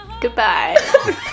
Goodbye